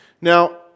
Now